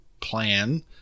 plan